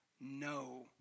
no